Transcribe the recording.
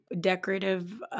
Decorative